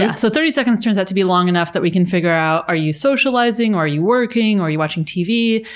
yeah so, thirty seconds turns out to be long enough that we can figure out are you socializing? are you working? are you watching tv?